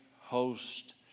host